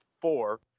four